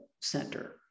center